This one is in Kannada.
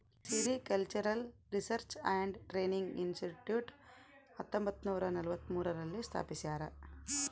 sericultural research and training institute ಹತ್ತೊಂಬತ್ತುನೂರ ನಲವತ್ಮೂರು ರಲ್ಲಿ ಸ್ಥಾಪಿಸ್ಯಾರ